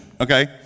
okay